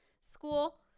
school –